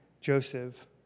Joseph